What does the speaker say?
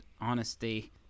honesty